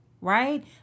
right